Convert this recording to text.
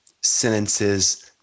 sentences